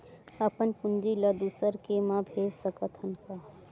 अपन पूंजी ला दुसर के मा भेज सकत हन का?